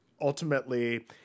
ultimately